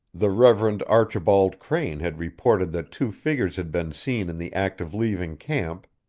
the reverend archibald crane had reported that two figures had been seen in the act of leaving camp,